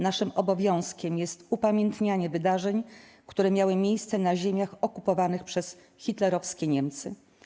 Naszym obowiązkiem jest upamiętnianie wydarzeń, które miały miejsce na ziemiach okupowanych przez hitlerowskie Niemcy.